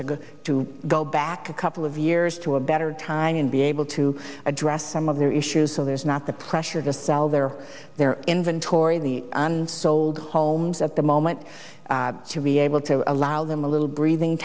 to go to go back a couple of years to a better time and be able to address some of their issues so there's not the pressure to sell their their inventory the unsold homes at the moment to be able to allow them a little breathing